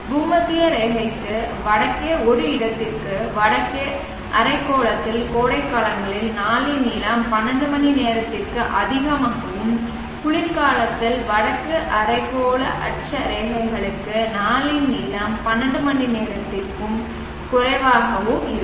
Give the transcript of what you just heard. பூமத்திய ரேகைக்கு வடக்கே ஒரு இடத்திற்கு வடக்கு அரைக்கோளத்தில் கோடைகாலங்களில் நாளின் நீளம் 12 மணி நேரத்திற்கும் அதிகமாகவும் குளிர்காலத்தில் வடக்கு அரைக்கோள அட்சரேகைகளுக்கு நாளின் நீளம் 12 மணி நேரத்திற்கும் குறைவாகவும் இருக்கும்